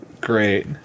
Great